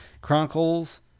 Chronicles